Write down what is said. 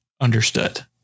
understood